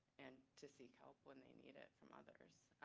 and to seek help when they need it from others.